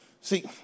See